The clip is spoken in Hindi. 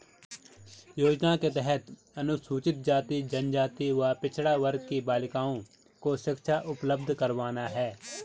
योजना के तहत अनुसूचित जाति, जनजाति व पिछड़ा वर्ग की बालिकाओं को शिक्षा उपलब्ध करवाना है